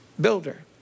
builder